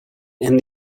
and